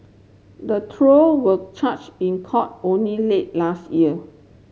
the trio were charged in court only late last year